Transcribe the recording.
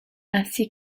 ainsi